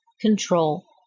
control